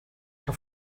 que